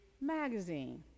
magazine